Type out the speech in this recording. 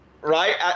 right